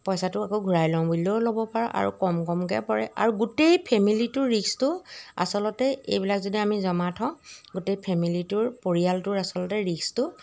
পইচাটো আকৌ ঘূৰাই লওঁ বুলিলেও ল'ব পাৰ আৰু কম কমকৈ পৰে আৰু গোটেই ফেমিলিটোৰ ৰিস্কটো আচলতে এইবিলাক যদি আমি জমা থওঁ গোটেই ফেমিলিটোৰ পৰিয়ালটোৰ আচলতে ৰিস্কটো